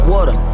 Water